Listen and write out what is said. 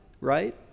right